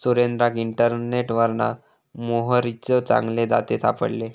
सुरेंद्राक इंटरनेटवरना मोहरीचे चांगले जाती सापडले